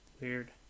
Weird